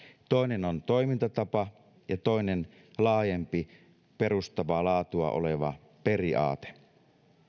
toinen on toimintatapa ja toinen laajempi perustavaa laatua oleva periaate